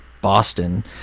Boston